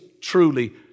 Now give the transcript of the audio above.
truly